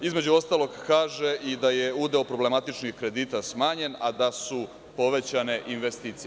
Između ostalog, kaže i da je udeo problematičnih kredita smanjen, a da su povećane investicije.